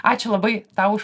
ačiū labai tau už